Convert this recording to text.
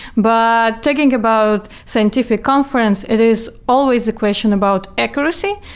but thinking about scientific conference, it is always the question about accuracy,